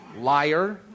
Liar